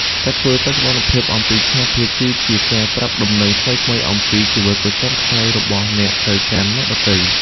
ការធ្វើបច្ចុប្បន្នភាពអំពីស្ថានភាព គឺជាការប្រាប់ដំណឹងថ្មីៗអំពីជីវិតប្រចាំថ្ងៃរបស់អ្នកទៅកាន់អ្នកដទៃ។